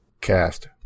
Cast